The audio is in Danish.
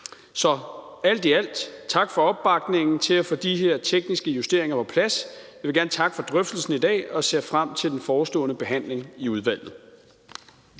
Så alt i alt tak for opbakningen til at få de her tekniske justeringer på plads. Jeg vil gerne takke for drøftelsen i dag og ser frem til den forestående behandling i udvalget.